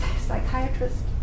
psychiatrist